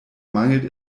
mangelt